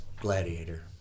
Gladiator